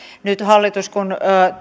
nyt hallituksessa on erittäin tärkeätä kun